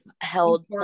held